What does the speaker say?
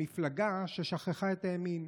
המפלגה ששכחה את הימין,